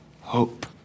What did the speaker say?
hope